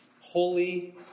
holy